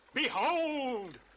Behold